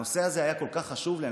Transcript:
הנושא הזה היה כל כך חשוב לי,